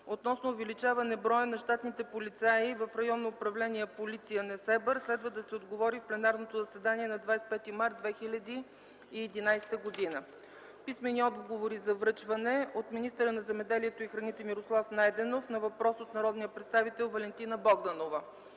относно увеличаване броя на щатните полицаи в Районно управление „Полиция” – Несебър. Следва да се отговори в пленарното заседание на 25 март 2011 г. Писмени отговори за връчване: - от министъра на земеделието и храните Мирослав Найденов на въпрос от народния представител Валентина Богданова;